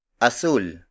Azul